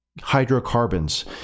hydrocarbons